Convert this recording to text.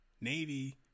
Navy